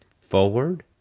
forward